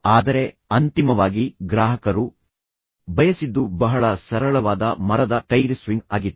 ಆದರೆ ಅಂತಿಮವಾಗಿ ಗ್ರಾಹಕರು ಬಯಸಿದ್ದು ಬಹಳ ಸರಳವಾದ ಮರದ ಟೈರ್ ಸ್ವಿಂಗ್ ಆಗಿತ್ತು